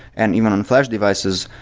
and even on flash devices,